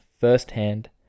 firsthand